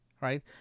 right